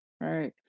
Right